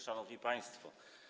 Szanowni Państwo!